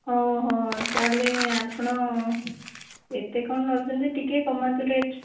ହଁ ହଁ ତା'ହେଲେ ଆପଣ ଏତେ କ'ଣ ନେଉଛନ୍ତି ଟିକେ କମାନ୍ତୁ ରେଟ୍